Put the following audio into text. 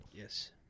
yes